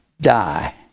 die